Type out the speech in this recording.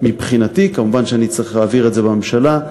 מבחינתי מובן שאני אצטרך להעביר את זה בממשלה,